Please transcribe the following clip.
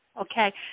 okay